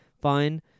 fine